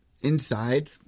inside